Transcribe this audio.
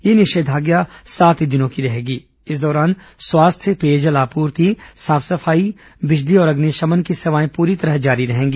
यह निषेधाज्ञा सात दिनों की रहेगी और इस दौरान स्वास्थ्य पेयजल आपूर्ति साफ सफाई बिजली और अग्नि शमन की सेवाएं पूरी तरह जारी रहेगी